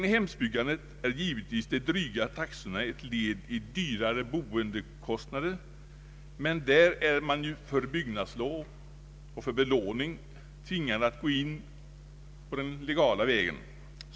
För egnahemsbyggandet är givetvis de dryga taxorna ett led i dyrare boendekostnader, men där är man för byggnadslov och belåning tvingad att gå den legala vägen.